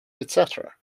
etc